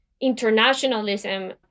internationalism